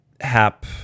hap